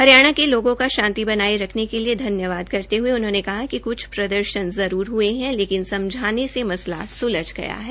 हरियाणा के लोगों का शांति बनाये रखने के लिए धन्यवाद करते हये उनहोंने कहा कि क्छ प्रदर्शन जरूर हये है लेकिन समझने से मसला स्लझ गया है